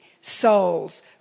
souls